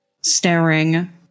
staring